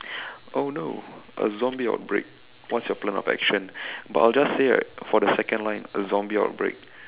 oh no a zombie outbreak what is your plan of action but I'll just say right for the second line a zombie outbreak